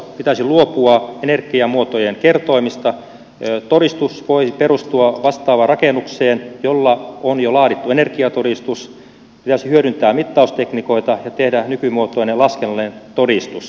pitäisi luopua energiamuotojen kertoimista todistus voisi perustua vastaavaan rakennukseen jolle on jo laadittu energiatodistus pitäisi hyödyntää mittaustekniikoita ja tehdä nykymuotoinen laskennallinen todistus